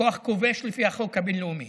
כוח כובש לפי החוק הבין-לאומי.